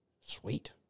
sweet